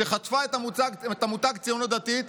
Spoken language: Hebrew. שחטפה את המותג ציונות דתית,